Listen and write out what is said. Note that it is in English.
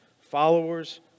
followers